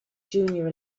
junior